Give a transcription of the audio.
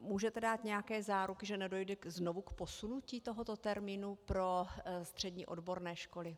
Můžete dát nějaké záruky, že nedojde znovu k posunutí tohoto termínu pro střední odborné školy?